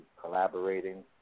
collaborating